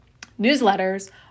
Newsletters